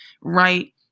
Right